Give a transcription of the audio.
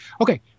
Okay